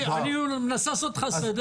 אני נכנס לתוך התחום